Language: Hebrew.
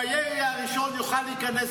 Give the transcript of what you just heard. בירי הראשון יוכל להיכנס לעזה.